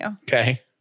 Okay